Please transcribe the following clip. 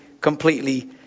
completely